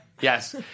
Yes